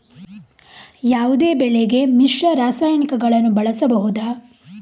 ಯಾವುದೇ ಬೆಳೆಗೆ ಮಿಶ್ರ ರಾಸಾಯನಿಕಗಳನ್ನು ಬಳಸಬಹುದಾ?